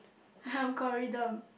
algorithm